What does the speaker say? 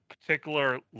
particular